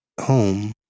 home